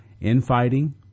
infighting